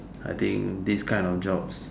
I think this kind of jobs